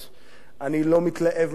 אני לא מתלהב מהחקיקה הזאת.